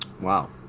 Wow